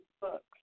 books